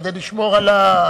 כדי לשמור על,